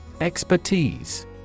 Expertise